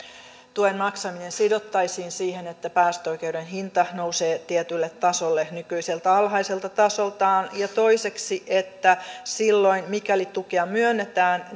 tuen maksaminen sidottaisiin siihen että päästöoikeuden hinta nousee tietylle tasolle nykyiseltä alhaiselta tasoltaan ja toiseksi että silloin mikäli tukea myönnetään